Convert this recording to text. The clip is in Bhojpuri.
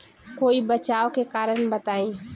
कोई बचाव के कारण बताई?